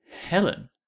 Helen